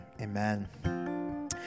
Amen